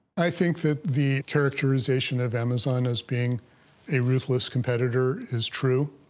i think that the characterization of amazon as being a ruthless competitor is true,